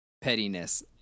pettiness